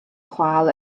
chwâl